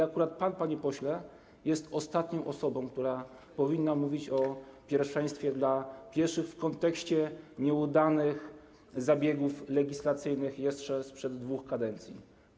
Akurat pan, panie pośle, jest ostatnią osobą, która powinna mówić o pierwszeństwie dla pieszych w kontekście nieudanych zabiegów legislacyjnych jeszcze sprzed dwóch kadencji.